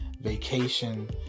vacation